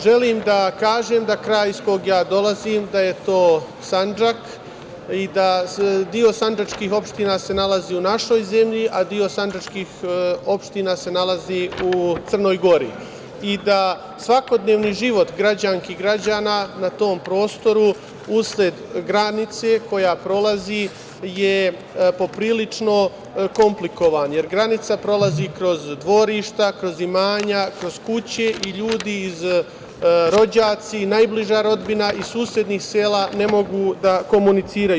Želim da kažem da kraj iz kog dolazim je Sandžak i da se deo sandžačkih opština nalazi u našoj zemlji, a deo sandžačkih opština se nalazi u Crnog Gori i da svakodnevni život građanki i građana na tom prostoru, usled granice koja prolazi, je po prilično komplikovan, jer granica prolazi kroz dvorišta, kroz imanja, kroz kuće i ljudi, rođaci, najbliža rodbina iz susednih sela ne mogu da komuniciraju.